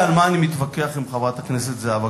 חבר הכנסת ישראל חסון.